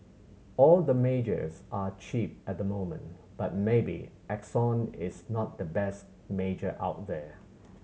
all the majors are cheap at the moment but maybe Exxon is not the best major out there